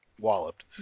walloped